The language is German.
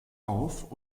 auf